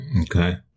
Okay